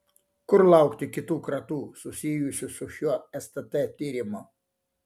kur laukti kitų kratų susijusių su šiuo stt tyrimu